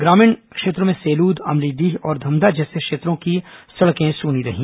ग्रामीण क्षेत्रों में सेलूद अमलीडीह और धमधा जैसे क्षेत्रों की सड़कें सूनी रहीं